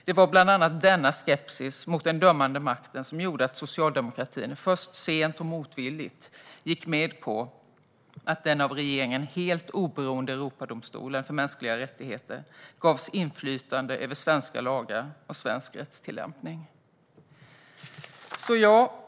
Det var bland annat denna skepsis mot den dömande makten som gjorde att socialdemokratin först sent och motvilligt gick med på att den av regeringen helt oberoende Europadomstolen för mänskliga rättigheter gavs inflytande över svenska lagar och svensk rättstillämpning.